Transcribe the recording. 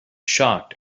shocked